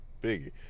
Big